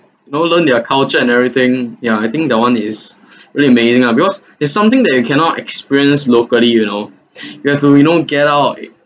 you know learn their culture and everything ya I think that one is really amazing ah because it's something that you cannot experience locally you know you have to you know get out